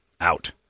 out